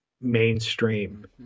mainstream